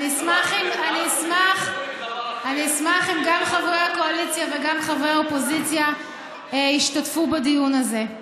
אני אשמח אם גם חברי הקואליציה וגם חברי האופוזיציה ישתתפו בדיון הזה.